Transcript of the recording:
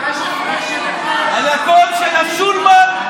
על הקול של השולמן.